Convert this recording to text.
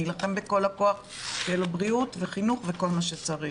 אני אלחם בכל הכוח שיהיו לו בריאות וחינוך וכל מה שצריך.